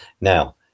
Now